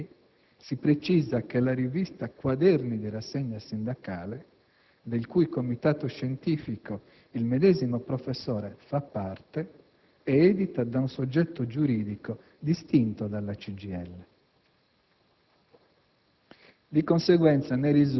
A proposito del professor Carrieri, si precisa che la rivista «Quaderni di rassegna sindacale - Lavori», del cui Comitato scientifico il medesimo professore fa parte, è edita da un soggetto giuridico distinto dalla CGIL